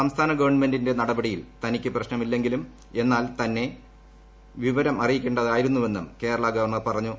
സംസ്ഥാനഗവൺമെന്റിന്റെ നടപടിയിൽ തനിക്ക് പ്രശ്നമില്ലെങ്കിലും എന്നാൽ തന്നെ വിവരം അറിയിക്കേണ്ടതായിരുന്നുവെന്നും കേരള ഗവർണർ പറഞ്ഞു